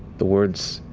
the words,